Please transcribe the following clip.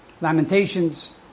Lamentations